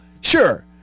sure